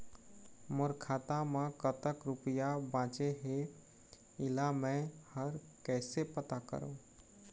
मोर खाता म कतक रुपया बांचे हे, इला मैं हर कैसे पता करों?